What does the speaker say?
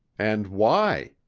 and why?